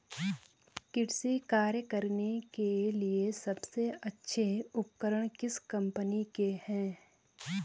कृषि कार्य करने के लिए सबसे अच्छे उपकरण किस कंपनी के हैं?